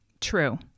True